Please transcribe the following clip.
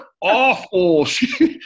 awful